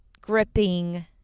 gripping